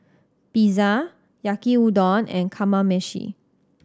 Pizza Yaki Udon and Kamameshi